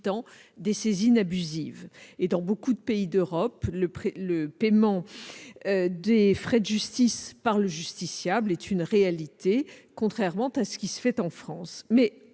évitant des saisines abusives. Dans beaucoup de pays d'Europe, le paiement des frais de justice par le justiciable est une réalité, contrairement à ce qui se fait en France.